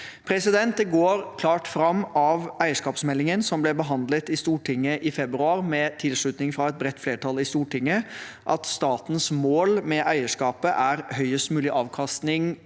virksomhet. Det går klart fram av eierskapsmeldingen som ble behandlet i Stortinget i februar – med tilslutning fra et bredt flertall i Stortinget – at statens mål med eierskapet er høyest mulig avkastning